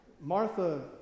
Martha